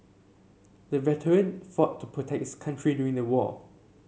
the veteran fought to protects country during the war